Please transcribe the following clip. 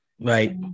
Right